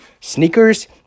sneakers